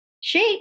shape